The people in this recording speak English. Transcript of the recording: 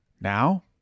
Now